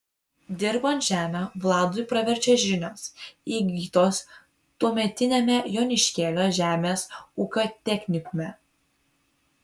dirbant žemę vladui praverčia žinios įgytos tuometiniame joniškėlio žemės ūkio technikume